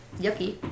yucky